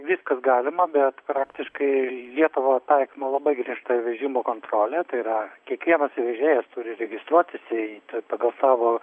viskas galima bet praktiškai lietuva taikoma labai griežta įvežimų kontrolė tai yra kiekvienas vežėjas turi registruotis į t pagal savo